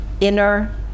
inner